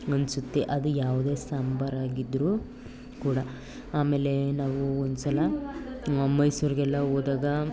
ಅನ್ನಿಸುತ್ತೆ ಅದು ಯಾವುದೇ ಸಾಂಬಾರು ಆಗಿದ್ದರೂ ಕೂಡ ಅಮೆಲೆ ನಾವು ಒಂದ್ಸಲ ಮೈಸೂರಿಗೆಲ್ಲ ಹೋದಾಗ